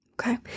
Okay